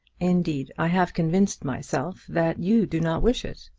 indeed i have convinced myself that you do not wish it.